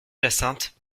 jacinthe